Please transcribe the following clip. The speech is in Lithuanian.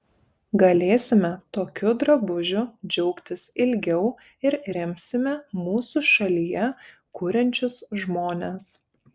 galėsime tokiu drabužiu džiaugtis ilgiau ir remsime mūsų šalyje kuriančius žmones